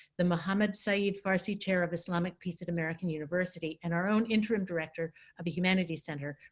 the mohammed sayed farsi chair of islamic peace at american university, and our own interim director of the humanities center,